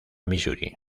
misuri